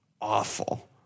awful